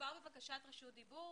מדובר בבקשת רשות דיבור.